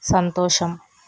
సంతోషం